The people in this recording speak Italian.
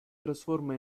trasforma